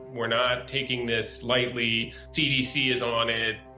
we're not taking this lightly. cdc is on it,